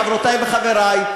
חברותי וחברי,